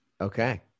Okay